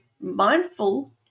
mindful